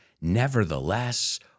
nevertheless